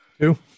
Two